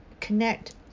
connect